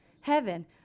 Heaven